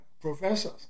professors